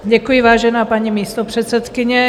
Děkuji, vážená paní místopředsedkyně.